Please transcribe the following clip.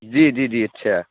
جی جی جی اچھا